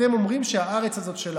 בשם מה אתם אומרים שהארץ הזאת שלנו?